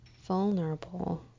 vulnerable